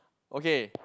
okay